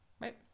right